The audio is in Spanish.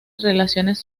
relaciones